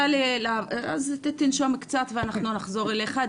אז תנשום קצת ואנחנו נחזור אליך.